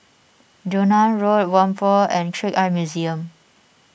Joan Road Whampoa and Trick Eye Museum